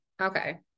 okay